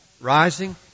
rising